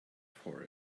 for